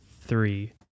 Three